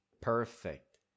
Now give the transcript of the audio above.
perfect